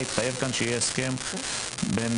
עדיין יהיה אתגר כי הם כבר הסתדרו לקראת השנה הבאה ודיברנו על זה כל